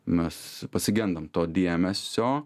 mes pasigendam to dėmesio